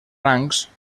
rangs